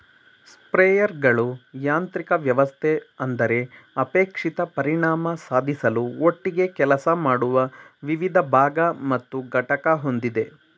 ಸ್ಪ್ರೇಯರ್ಗಳು ಯಾಂತ್ರಿಕ ವ್ಯವಸ್ಥೆ ಅಂದರೆ ಅಪೇಕ್ಷಿತ ಪರಿಣಾಮ ಸಾಧಿಸಲು ಒಟ್ಟಿಗೆ ಕೆಲಸ ಮಾಡುವ ವಿವಿಧ ಭಾಗ ಮತ್ತು ಘಟಕ ಹೊಂದಿದೆ